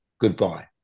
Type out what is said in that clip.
Goodbye